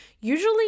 usually